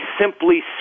simply